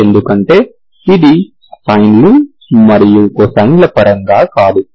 ఎందుకంటే ఇది సైన్ లు మరియు కొసైన్ల పరంగా కాదు